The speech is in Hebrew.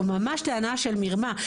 כי זו ממש טענה של מרמה.